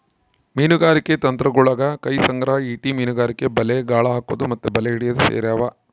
ಮೀನುಗಾರಿಕೆ ತಂತ್ರಗುಳಗ ಕೈ ಸಂಗ್ರಹ, ಈಟಿ ಮೀನುಗಾರಿಕೆ, ಬಲೆ, ಗಾಳ ಹಾಕೊದು ಮತ್ತೆ ಬಲೆ ಹಿಡಿಯೊದು ಸೇರಿವ